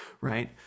right